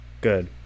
good